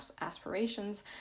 aspirations